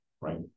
right